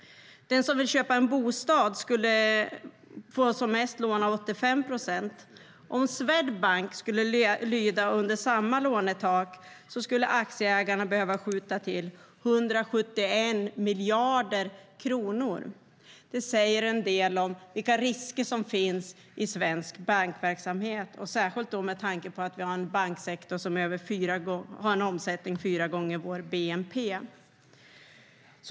Den som vill köpa en bostad skulle som mest få låna 85 procent. Om Swedbank skulle lyda under samma lånetak skulle aktieägarna behöva skjuta till 171 miljarder kronor. Det säger en del om vilka risker som finns i svensk bankverksamhet, särskilt med tanke på att vi har en banksektor som har en omsättning som är över fyra gånger vår bnp.